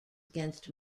against